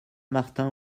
martin